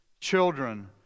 children